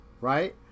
right